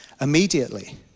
immediately